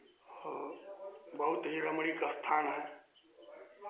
और बहुत ही रमणिक स्थान है